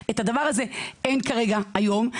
את הדבר הזה אין כרגע היום,